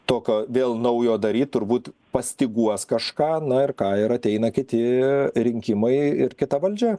tokio vėl naujo daryt turbūt pastyguos kažką na ir ką ir ateina kiti rinkimai ir kita valdžia